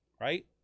Right